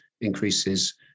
increases